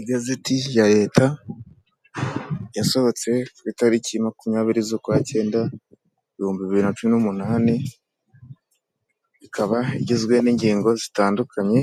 Igazeti ya Leta yasohotse ku itariki makumyabiri z'ukwa cyenda ibihumbi bibiri na cumi n'umunani, ikaba igizwe n'ingingo zitandukanye